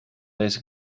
deze